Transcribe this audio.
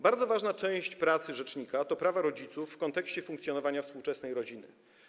Bardzo ważna część pracy rzecznika to prawa rodziców w kontekście funkcjonowania współczesnej rodziny.